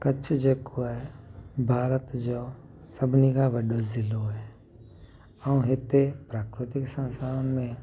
कच्छ जेको आहे भारत जो सभिनी खां वॾो ज़िलो आहे ऐं हिते प्राकृतिक संसाधन में